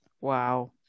Wow